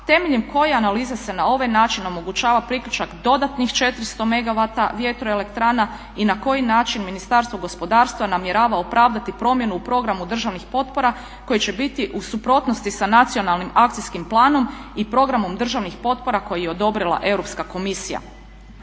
temeljem koje analize se na ovaj način omogućava priključak dodatnih 400 megavata vjetroelektrana i na koji način Ministarstvo gospodarstva namjerava opravdati promjenu u programu državnih potpora koji će biti u suprotnosti sa Nacionalnim akcijskim planom i programom državnih potpora koji je odobrila Europska komisija?